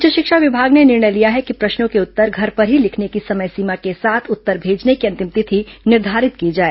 उच्च शिक्षा विभाग ने निर्णय लिया है कि प्रश्नों के उत्तर घर पर ही लिखने की समय सीमा के साथ उत्तर भेजने की अंतिम तिथि निर्धारित की जाए